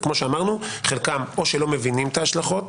כמו שאמרנו, חלקם או שלא מבינים את ההשלכות